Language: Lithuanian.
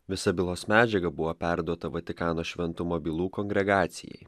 visa bylos medžiaga buvo perduota vatikano šventumo bylų kongregacijai